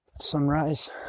sunrise